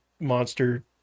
monster